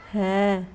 ਹੈ